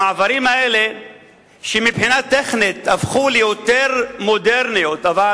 המעברים האלה הפכו ליותר מודרניים מבחינה טכנית,